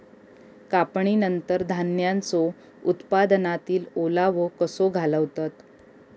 कापणीनंतर धान्यांचो उत्पादनातील ओलावो कसो घालवतत?